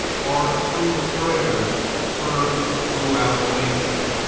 are true prayers heard throughout nature,